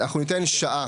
אנחנו ניתן שעה,